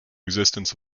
existence